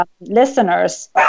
Listeners